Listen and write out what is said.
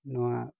ᱱᱚᱣᱟ